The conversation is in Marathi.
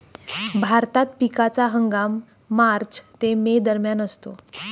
भारतात पिकाचा हंगाम मार्च ते मे दरम्यान असतो